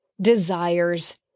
desires